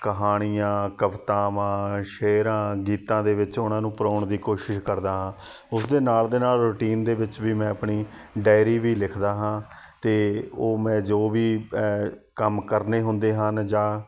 ਕਹਾਣੀਆਂ ਕਵਿਤਾਵਾਂ ਸ਼ੇਅਰਾਂ ਗੀਤਾਂ ਦੇ ਵਿੱਚ ਉਹਨਾਂ ਨੂੰ ਪਰੋਣ ਦੀ ਕੋਸ਼ਿਸ਼ ਕਰਦਾ ਹਾਂ ਉਸ ਦੇ ਨਾਲ ਦੇ ਨਾਲ ਰੂਟੀਨ ਦੇ ਵਿੱਚ ਵੀ ਮੈਂ ਆਪਣੀ ਡਾਇਰੀ ਵੀ ਲਿਖਦਾ ਹਾਂ ਅਤੇ ਉਹ ਮੈਂ ਜੋ ਵੀ ਕੰਮ ਕਰਨੇ ਹੁੰਦੇ ਹਨ ਜਾਂ